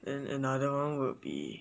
and another one will be